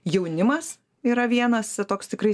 jaunimas yra vienas toks tikrai